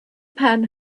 pan